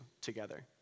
together